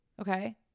Okay